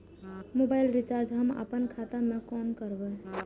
Mobile recharge हम आपन खाता से कोना करबै?